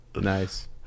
Nice